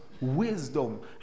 wisdom